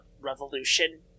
revolution